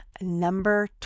number